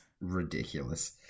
ridiculous